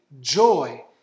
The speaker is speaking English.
joy